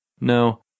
No